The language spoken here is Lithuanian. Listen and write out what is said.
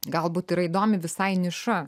galbūt yra įdomi visai niša